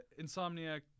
Insomniac